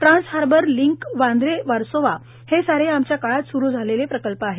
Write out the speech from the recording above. Trans Harbour link Vandre Versova हे सारे आमच्या काळात सुरू झालेले प्रकल्प आहेत